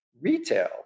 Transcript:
retail